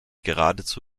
geradezu